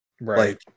Right